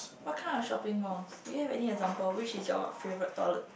what kind of shopping malls do you have any example which is your favourite toilet